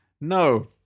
No